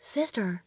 Sister